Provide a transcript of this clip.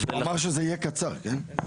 הוא אמר שזה יהיה קצר כן.